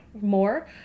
more